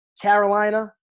Carolina